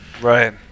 Right